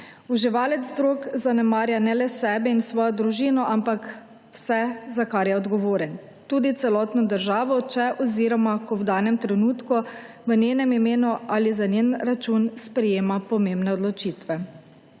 Uživalec drog zanemarja ne le sebe in svojo družino, ampak vse, za kar je odgovoren, tudi celotno državo, če oziroma, ko v danem trenutku v njenem imenu ali za njen račun sprejema pomembne odločitve.